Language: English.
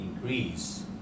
increase